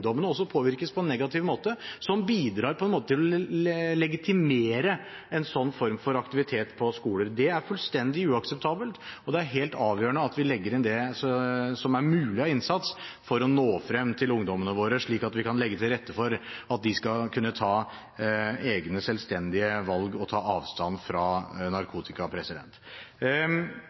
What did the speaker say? også påvirkes på en negativ måte, som bidrar på en måte til å legitimere en sånn form for aktivitet på skoler. Det er fullstendig uakseptabelt, og det er helt avgjørende at vi legger inn det som er mulig av innsats for å nå frem til ungdommene våre, slik at vi kan legge til rette for at de skal kunne ta egne selvstendige valg og ta avstand fra narkotika.